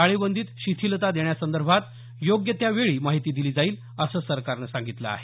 टाळेबंदीत शिथिलता देण्यासंदर्भात योग्य त्या वेळी माहिती दिली जाईल असं सरकारनं सांगितलं आहे